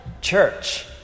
church